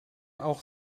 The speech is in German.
auch